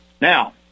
Now